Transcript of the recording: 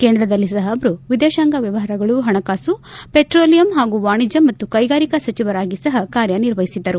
ಕೇಂದ್ರದಲ್ಲಿ ಸಪ ಅವರು ವಿದೇಶಾಂಗ ವ್ಯವಹಾರಗಳು ಪಣಕಾಸು ಪೆಟ್ರೋಲಿಯಂ ಹಾಗೂ ವಾಣಿಜ್ಯ ಮತ್ತು ಕ್ಲೆಗಾರಿಕಾ ಸಚಿವರಾಗಿ ಸಹ ಕಾರ್ಯ ನಿರ್ವಹಿಸಿದ್ದರು